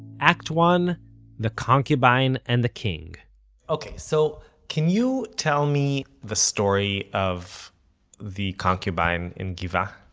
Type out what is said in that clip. act one the concubine and the king ok, so can you tell me the story of the concubine in gibeah.